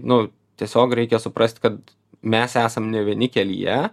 nu tiesiog reikia suprast kad mes esam ne vieni kelyje